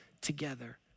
together